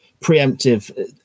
preemptive